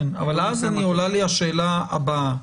אבל אז עולה לי השאלה הבאה: